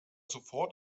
sofort